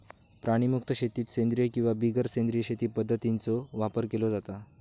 प्राणीमुक्त शेतीत सेंद्रिय किंवा बिगर सेंद्रिय शेती पध्दतींचो वापर केलो जाता